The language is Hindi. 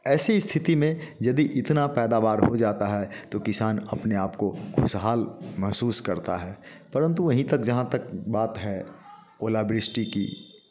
ऐसी स्थिति में यदि इतना पैदावार हो जाता है तो किसान अपने आप को खुशहाल महसूस करता है परंतु वहीं तक जहाँ तक बात है ओलावृष्टि की